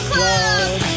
Club